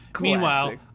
Meanwhile